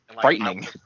frightening